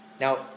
Now